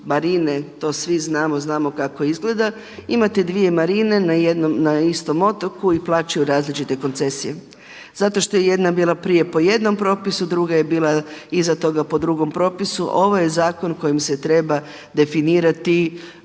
marine, to svi znamo, znamo kako izgleda. Imate dvije marine na istom otoku i plaćaju različite koncesije zato što je jedna prije bila po jednom propisu, druga je bila iza toga po drugom propisu. Ovo je zakon kojim se treba definirati